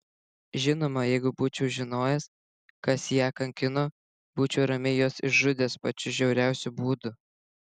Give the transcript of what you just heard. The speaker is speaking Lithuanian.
žinoma jeigu būčiau žinojęs kas ją kankino būčiau ramiai juos išžudęs pačiu žiauriausiu būdu